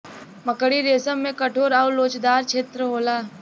मकड़ी रेसम में कठोर आउर लोचदार छेत्र होला